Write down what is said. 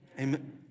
Amen